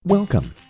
Welcome